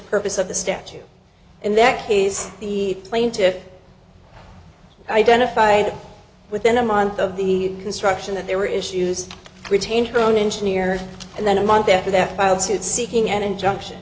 purpose of the statute in that case the plaintiffs identified within a month of the instruction that there were issues retained her own engineer and then a month after that filed suit seeking an injunction